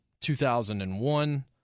2001